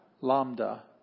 Lambda